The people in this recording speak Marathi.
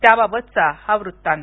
त्या बाबतचा हा वृत्तांत